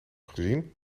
gezien